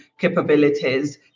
capabilities